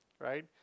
Right